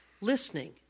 listening